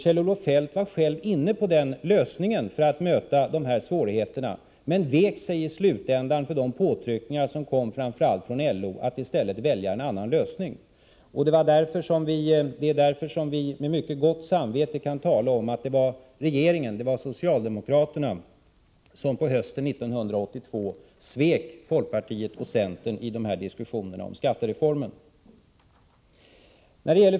Kjell-Olof Feldt var själv inne på samma tanke när det gällde att möta dessa svårigheter, men han vek sig i slutändan för framför allt LO:s påtryckningar syftande till att en annan lösning skulle väljas. Det är därför som vi med mycket gott samvete kan tala om att det var regeringen och socialdemokraterna som hösten 1982 svek folkpartiet och centern i diskussionerna om skattereformen.